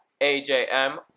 AJM